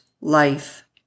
life